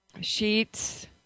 Sheets